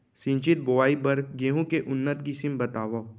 सिंचित बोआई बर गेहूँ के उन्नत किसिम बतावव?